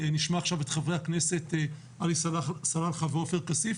נשמע עכשיו את חברי הכנסת עלי סלאלחה ועופר כסיף,